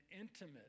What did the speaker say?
intimate